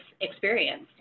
experience